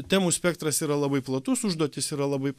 temų spektras yra labai platus užduotys yra labai